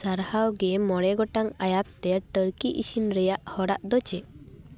ᱥᱟᱨᱦᱟᱣᱜᱮ ᱢᱚᱬᱮ ᱜᱚᱴᱟᱝ ᱟᱭᱟᱛ ᱛᱮ ᱴᱟᱨᱠᱤ ᱤᱥᱤᱱ ᱨᱮᱭᱟᱜ ᱦᱚᱲᱟᱜ ᱫᱚ ᱪᱮᱫ